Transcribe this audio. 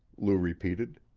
lou repeated.